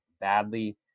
badly